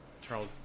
Charles